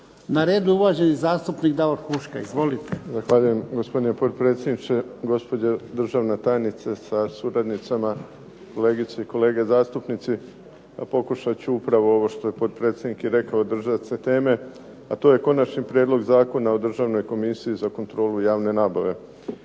Na redu je uvaženi zastupnik Davor Huška. Izvolite. **Huška, Davor (HDZ)** Zahvaljujem. Gospodine potpredsjedniče, gospođo državna tajnice sa suradnicama, kolegice i kolege zastupnici. Pokušat ću upravo ovo što je potpredsjednik i rekao držati se teme a to je Konačni prijedlog zakona o Državnoj komisiji za kontrolu javne nabave.